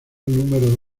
número